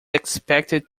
expected